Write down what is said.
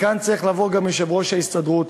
וכאן צריך לבוא גם יושב-ראש ההסתדרות,